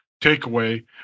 takeaway